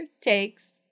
takes